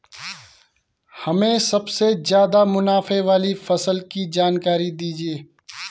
हमें सबसे ज़्यादा से ज़्यादा मुनाफे वाली फसल की जानकारी दीजिए